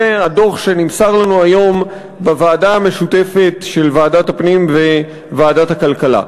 זה הדוח שנמסר לנו היום בוועדה המשותפת של ועדת הפנים וועדת הכלכלה.